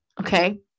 Okay